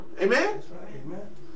Amen